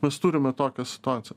mes turime tokią situaciją